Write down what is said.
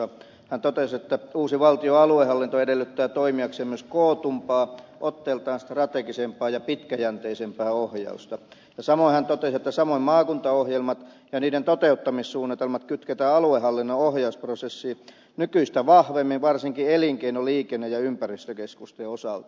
hän totesi että uusi valtion aluehallinto edellyttää toimiakseen myös kootumpaa otteeltaan strategisempaa ja pitkäjänteisempää ohjausta ja samoin hän totesi että maakuntaohjelmat ja niiden toteuttamissuunnitelmat kytketään aluehallinnon ohjausprosessiin nykyistä vahvemmin varsinkin elinkeino liikenne ja ympäristökeskusten osalta